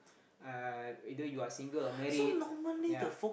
uh either you are single or married ya